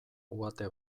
uhate